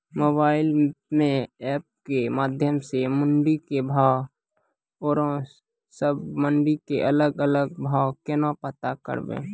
Mobile म app के माध्यम सऽ मंडी के भाव औरो सब मंडी के अलग अलग भाव केना पता करबै?